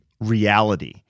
reality